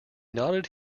nodded